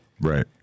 Right